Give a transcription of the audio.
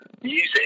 music